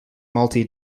multi